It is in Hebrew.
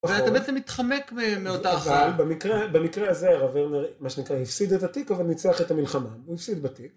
ואתה בעצם מתחמק מאותה אחת. אבל במקרה הזה הרב ורנר, מה שנקרא, הפסיד את התיק וניצח את המלחמה. הוא הפסיד בתיק.